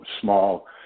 small